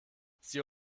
sie